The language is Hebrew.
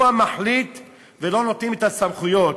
הוא המחליט ולו נותנים את הסמכויות.